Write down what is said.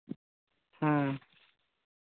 ᱦᱮᱸ